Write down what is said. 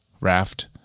Raft